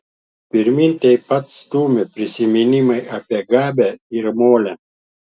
pirmyn taip pat stūmė prisiminimai apie gabę ir molę